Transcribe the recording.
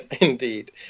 Indeed